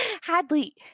Hadley